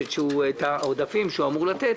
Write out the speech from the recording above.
על העודפים שהוא אמור לתת,